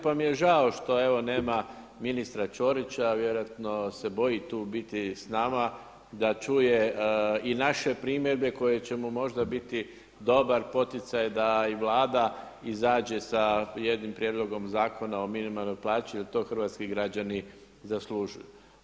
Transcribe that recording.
Pa mi je žao što evo nema ministra Ćorića a vjerojatno se boji tu biti s nama, da čuje i naše primjedbe koje ćemo možda biti dobar poticaj da i Vlada izađe sa jednim prijedlogom zakona o minimalnoj plaći jer to hrvatski građani zaslužuju.